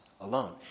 alone